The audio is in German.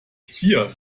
vier